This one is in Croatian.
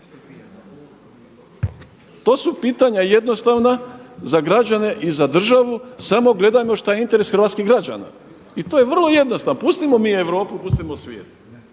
To su pitanja jednostavna za građane i za državu samo gledajmo što je interes hrvatskih građana. I to je vrlo jednostavno. Pustimo mi Europu, pustimo svijet.